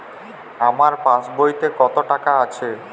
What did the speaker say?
আমার পাসবইতে কত টাকা আছে?